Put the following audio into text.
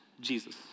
Jesus